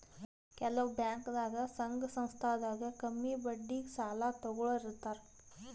ಕೆಲವ್ ಬ್ಯಾಂಕ್ದಾಗ್ ಸಂಘ ಸಂಸ್ಥಾದಾಗ್ ಕಮ್ಮಿ ಬಡ್ಡಿಗ್ ಸಾಲ ತಗೋಳೋರ್ ಇರ್ತಾರ